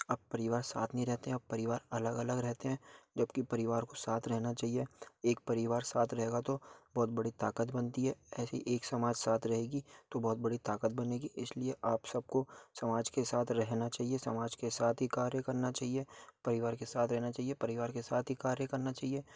अब परिवार साथ नहीं रहते अब परिवार अलग अलग रहते हैं जबकि परिवार को साथ रहना चाहिए एक परिवार साथ रहेगा तो बहुत बड़ी ताकत बनती है ऐसे ही एक समाज साथ रहेगी तो बहुत बड़ी ताकत बनेगी इसलिए आप सबको समाज के साथ रहना चाहिए समाज के साथ ही कार्य करना चाहिए परिवार के साथ रहना चाहिए परिवार के साथ ही कार्य करना चाहिए